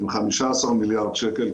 עם 15 מיליארד שקל,